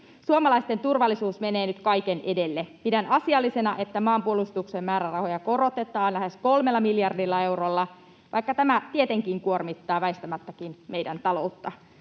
Suomalaisten turvallisuus menee nyt kaiken edelle. Pidän asiallisena, että maanpuolustuksen määrärahoja korotetaan lähes kolmella miljardilla eurolla, vaikka tämä tietenkin kuormittaa väistämättäkin meidän taloutta.